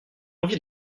envie